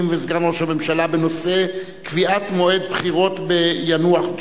וסגן ראש הממשלה בנושא: קביעת מועד בחירות ביאנוח-ג'ת.